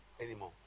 anymore